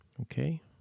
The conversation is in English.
Okay